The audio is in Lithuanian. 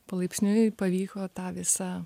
palaipsniui pavyko tą visą